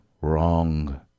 wrong